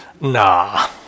nah